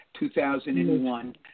2001